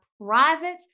private